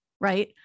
right